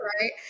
right